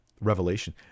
revelation